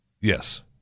Yes